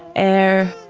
air.